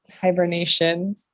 hibernation